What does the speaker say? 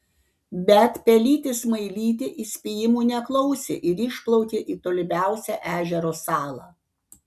bet pelytė smailytė įspėjimų neklausė ir išplaukė į tolimiausią ežero salą